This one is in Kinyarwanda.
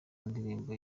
ndirimbo